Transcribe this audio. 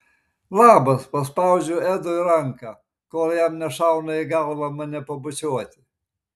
labas paspaudžiu edui ranką kol jam nešauna į galvą mane pabučiuoti